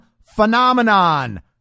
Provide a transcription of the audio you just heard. phenomenon